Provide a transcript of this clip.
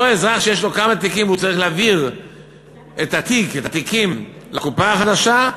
אותו אזרח שיש לו כמה תיקים והוא צריך להעביר את התיקים לקופה החדשה,